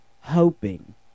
hoping